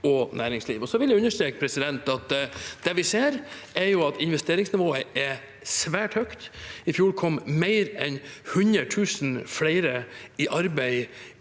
og næringsliv. Og så vil jeg understreke at det vi ser, er at investeringsnivået er svært høyt. I fjor kom mer enn 100 000 flere i arbeid